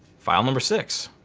file number six.